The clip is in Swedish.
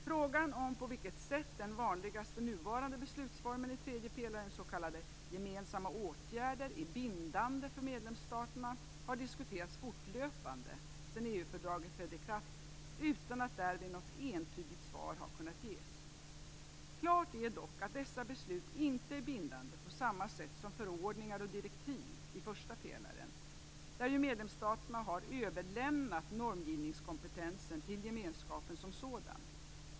Frågan om på vilket sätt den vanligaste nuvarande beslutsformen i tredje pelaren, s.k. gemensamma åtgärder, är bindande för medlemsstaterna har diskuterats fortlöpande sedan EU-fördraget trädde i kraft utan att därvid något entydigt svar har kunnat ges. Klart är dock att dessa beslut inte är bindande på samma sätt som förordningar och direktiv i första pelaren, där ju medlemsstaterna har överlämnat normgivningskompetensen till gemenskapen som sådan.